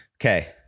okay